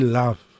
love